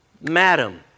Madam